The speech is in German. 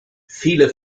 viele